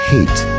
Hate